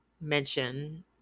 mention